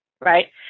right